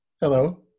Hello